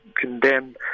condemn